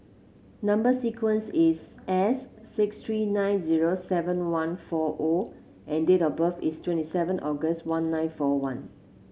number sequence is S six three nine zero seven one four O and date of birth is twenty seven August one nine four one